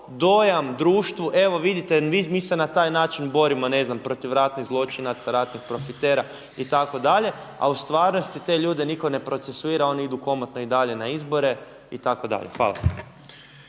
dojam društvu evo vidite mi se na taj način borimo ne znam protiv ratnih zločinaca, ratnih profitera itd. A u stvarnosti te ljude nitko ne procesuira, oni idu komotno i dalje na izbore itd. Hvala.